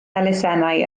elusennau